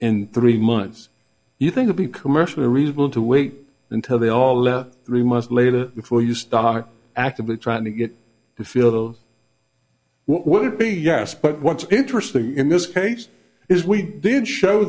in three months you think would be commercially reasonable to wait until they all left three months later before you stop actively trying to get the feel of what would be yes but what's interesting in this case is we did show